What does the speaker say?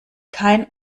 kein